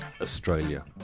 Australia